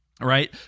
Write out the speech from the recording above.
Right